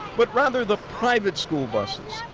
but, rather, the private school buses.